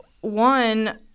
one